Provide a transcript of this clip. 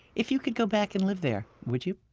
if you could go back and live there, would you?